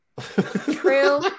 true